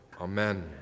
Amen